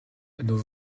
nos